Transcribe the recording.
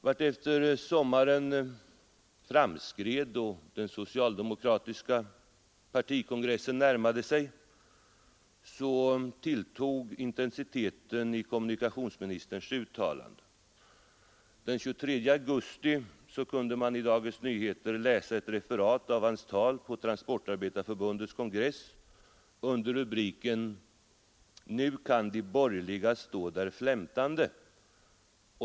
Vartefter sommaren framskred och den socialdemokratiska partikongressen närmade sig, tilltog intensiteten i kommunikationsministerns uttalanden. Den 23 augusti kunde man i Dagens Nyheter läsa ett referat av hans tal på Transportarbetareförbundets kongress under rubriken ”Nu kan de borgerliga stå där flämtande”.